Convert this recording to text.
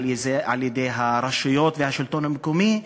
אם על-ידי הרשויות והשלטון המקומי,